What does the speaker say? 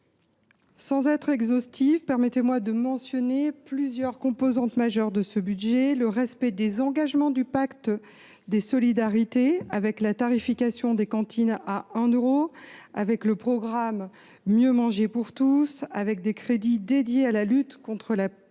Sans être exhaustive, permettez moi de mentionner plusieurs composantes majeures de ce budget : le respect des engagements du pacte des solidarités avec la tarification des cantines à 1 euro et le programme Mieux manger pour tous, les crédits dédiés à la lutte contre la précarité